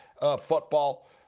football